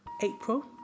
April